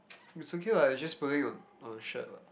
is okay what is just pulling on on a shirt what